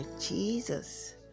Jesus